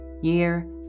year